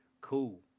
cool